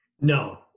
No